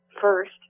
first